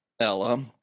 Ella